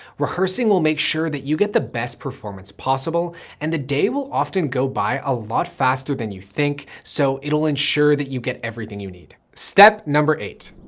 rehearsing will make sure that you get the best performance possible and the day will often go by a lot faster than you think, so it'll ensure that you get everything you need. step number eight.